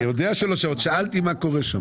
אני יודע שהן לא שוות, שאלתי מה קורה שם.